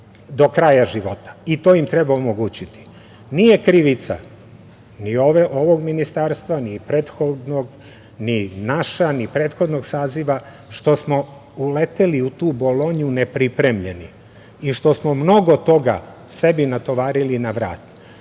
do kraja života i to im treba omogućiti. Nije krivica ni ovog ministarstva, ni prethodnog, ni naša, ni prethodnog saziva što smo uleteli u tu bolonju nepripremljeni i što smo mnogo toga sebi natovarili na